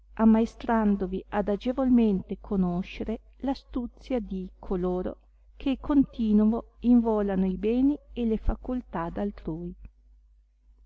diletto ammaestrandovi ad agevolmente conoscere astuzia di coloro che continovo involano i beni e le facultà d altrui